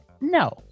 no